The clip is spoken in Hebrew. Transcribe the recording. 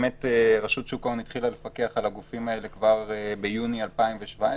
רשות שוק ההון התחילה לפקח על הגופים האלה כבר ביוני 2017,